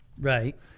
Right